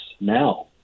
now